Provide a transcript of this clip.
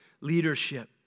leadership